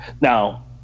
Now